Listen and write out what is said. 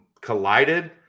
collided